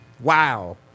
Wow